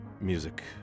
music